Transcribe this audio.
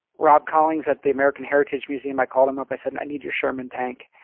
rob collings at the american heritage museum, i called him up, i said, i need your sherman tank.